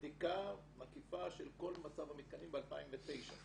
עשינו בדיקה מקיפה של כל מצב המתקנים ב-2009.